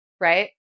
right